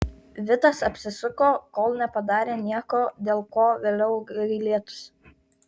vitas apsisuko kol nepadarė nieko dėl ko vėliau gailėtųsi